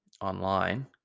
online